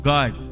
God